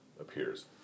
appears